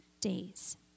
days